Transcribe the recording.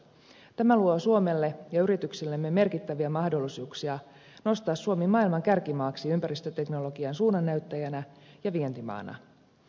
tämä luo suomelle ja yrityksillemme merkittäviä mahdollisuuksia nostaa suomi maailman kärkimaaksi ympäristöteknologian suunnannäyttäjänä ja vientimaana